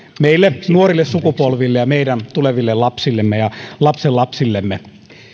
meille nuorille sukupolville ja meidän tuleville lapsillemme ja lastenlapsillemme